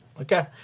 Okay